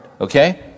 Okay